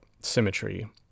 symmetry